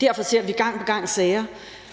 Derfor ser vi gang på gang sager,